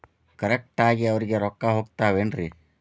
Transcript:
Correct ಆಗಿ ಅವರಿಗೆ ರೊಕ್ಕ ಹೋಗ್ತಾವೇನ್ರಿ?